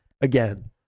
again